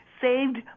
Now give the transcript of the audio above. saved